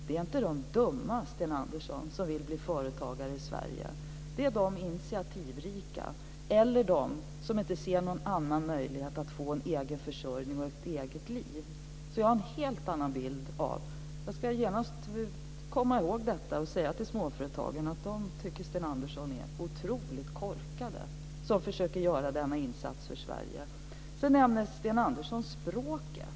Det är inte de dumma, Sten Andersson, som vill bli företagare i Sverige. Det är de som är initiativrika eller som inte ser någon annan möjlighet att få en egen försörjning och ett eget liv. Jag har en helt annan bild. Jag ska komma ihåg detta och säga till småföretagarna och säga att Sten Andersson tycker att de är otroligt korkade som försöker göra denna insats för Sverige. Sedan nämner Sten Andersson språket.